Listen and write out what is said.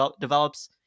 develops